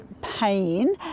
pain